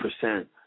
percent